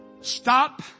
Stop